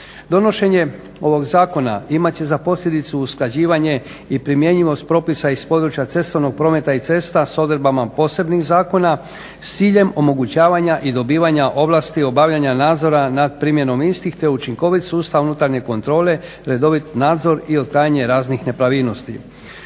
Donošenje ovog zakona imat će za posljedicu usklađivanje i primjenjivost propisa iz područja cestovnog prometa i cesta s odredbama posebnih zakona, s ciljem omogućavanja i dobivanja ovlasti obavljanja nadzora nad primjenom istih te učinkovit sustav unutarnje kontrole, redovit nadzor i otklanjanje raznih nepravilnosti.